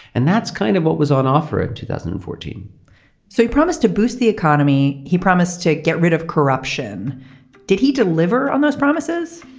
and that's kind of what was on offer in two thousand and fourteen point so he promised to boost the economy. he promised to get rid of corruption did he deliver on those promises.